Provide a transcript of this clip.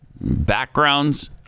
backgrounds